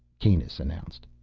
kanus announced.